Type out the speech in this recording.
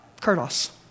kurdos